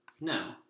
No